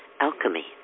Alchemy